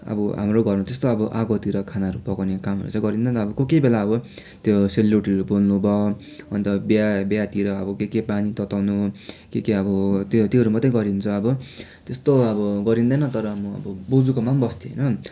त्यस्तो अब हाम्रो घरमा त्यस्तो आगोतिर खानाहरू पकाउने काम चाहिँ गरिँदैन अब कोही कोही बेला अब त्यो सेलरोटीहरू पोल्नु भयो अन्त बिहा बिहातिर अब के के पानी तताउनु के के अब त्यो त्योहरू मात्रै गरिन्छ अब त्यस्तो अब गरिँदैन तर म अब बोजूकोमा बस्थेँ होइन